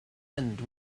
end